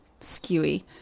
skewy